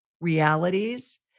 realities